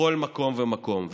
ובכל מקום ומקום.